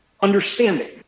understanding